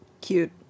Cute